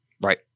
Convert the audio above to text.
Right